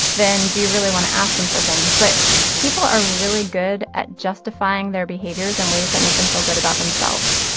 then do you really want to ask them for things? but people are really good at justifying their behaviors in ways that make them feel good about themselves.